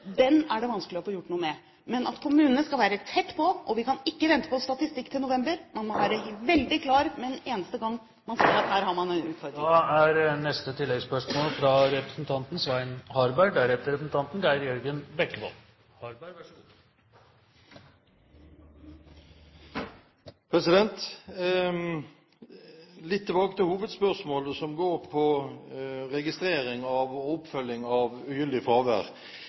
er det vanskelig å få gjort noe med. Men kommunene skal være tett på, og vi kan ikke vente til november på statistikk. Man må være veldig klar med en eneste gang man ser at her har man en utfordring. Svein Harberg – til oppfølgingsspørsmål. Litt tilbake til hovedspørsmålet, som går på registrering og oppfølging av ugyldig fravær: Jeg blir litt forundret når statsråden så sterkt understreker at det er så vanskelig å få på